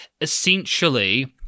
essentially